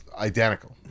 identical